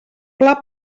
pla